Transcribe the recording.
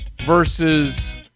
versus